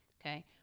okay